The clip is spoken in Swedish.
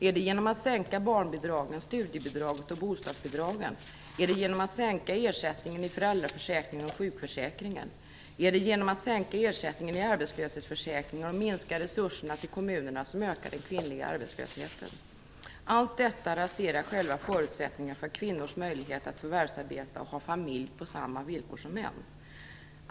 Är det genom att sänka barnbidragen, studiebidraget och bostadsbidragen? Är det genom att sänka ersättningen i föräldraförsäkringen och sjukförsäkringen? Är det genom att sänka ersättningen i arbetslöshetsförsäkringen och minska resurserna till kommunerna, vilket ökar den kvinnliga arbetslösheten? Allt detta raserar själva förutsättningen för kvinnors möjlighet att förvärvsarbeta och ha familj på samma villkor som män.